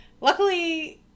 Luckily